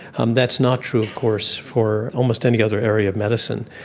um that's not true of course for almost any other area of medicine.